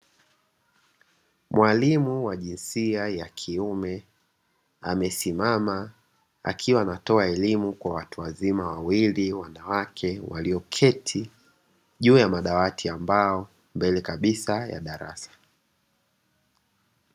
Mwalimu wa jinsia ya kiume, amesimama akiwa anatoa elimu kwa watu wazima wawili wanawake, walioketi juu ya madawati ya mbao mbele kabisa ya darasa.